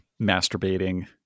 masturbating